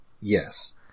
Yes